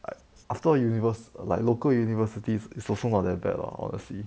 like after universe like local universities is also not that bad lah honestly